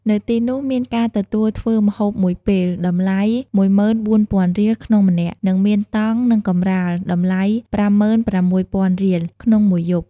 នៅទីនោះ មានការទទួលធ្វើម្ហូបមួយពេល តម្លៃ ១៤,០០០រៀល ក្នុងម្នាក់ និងមានតង់ និងកម្រាល តម្លៃ ៥៦,០០០រៀល ក្នុងមួយយប់។